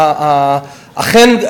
אכן,